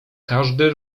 każdy